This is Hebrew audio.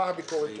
מה הביקורת תורמת.